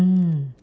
mm